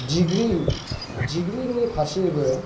degree डिग्रिनि फारसेयैबो